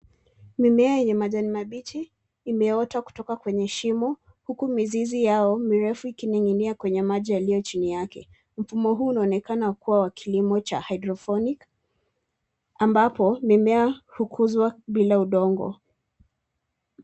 Mimea yenye majani mabichi imeota kutoka kwenye shimo huku mizizi yao mirefu ikining'inia kwenye maji yaliyo chini yake. Mfumo huu unaonekana kuwa wa kilimo cha hydroponic , ambapo mimea hukuzwa bila udongo.